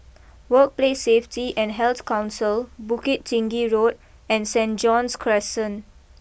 Workplace Safety and Health Council Bukit Tinggi Road and Saint John's Crescent